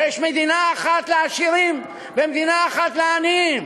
שיש מדינה אחת לעשירים ומדינה אחת לעניים,